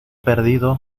perdido